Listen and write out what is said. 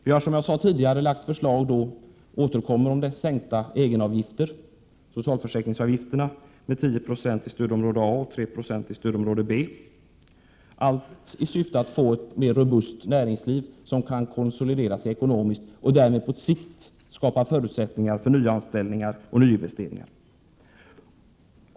Vi återkommer med förslag om sänkta egenavgifter, socialförsäkringsavgifter, med 10 96 i stödområde A och med 3 26 i stödområde B-— allt i syfte att få ett mera robust näringsliv som kan konsolideras ekonomiskt och därmed på sikt skapa förutsättningar för nya anställningar och nyinvesteringar.